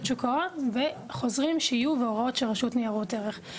שוק ההון וחוזרים והוראות של רשות ניירות ערך.